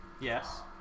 Yes